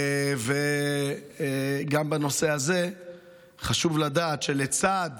גם בנושא הזה חשוב לדעת שלצד